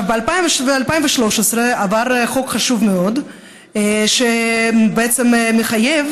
ב-2013 עבר חוק חשוב מאוד שבעצם מחייב